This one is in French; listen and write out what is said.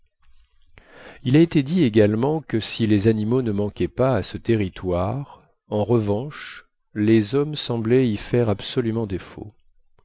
il a été dit également que si les animaux ne manquaient pas à ce territoire en revanche les hommes semblaient y faire absolument défaut